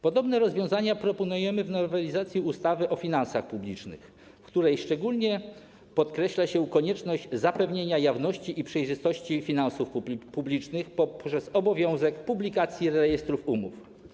Podobne rozwiązania proponujemy w nowelizacji ustawy o finansach publicznych, w której szczególnie podkreśla się konieczność zapewnienia jawności i przejrzystości finansów publicznych poprzez obowiązek publikacji rejestrów umów.